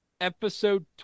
Episode